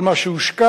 על מה שהושקע,